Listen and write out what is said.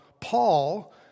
Paul